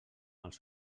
els